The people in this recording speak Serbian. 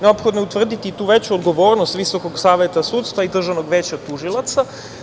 Neophodno je utvrditi tu veću odgovornost Visokog saveta sudstva i Državnog veća tužilaca.